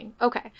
okay